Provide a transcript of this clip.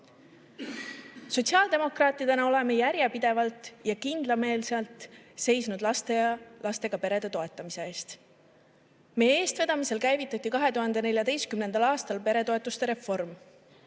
peredel. Sotsiaaldemokraatidena oleme järjepidevalt ja kindlameelselt seisnud laste ja lastega perede toetamise eest. Meie eestvedamisel käivitati 2014. aastal peretoetuste reform,